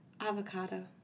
Avocado